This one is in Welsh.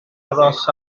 aros